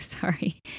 Sorry